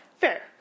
Fair